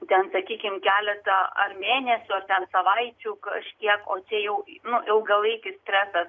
ten sakykim keletą ar mėnesių ar ten savaičių kažkiek o čia jau nu ilgalaikis stresas